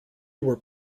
were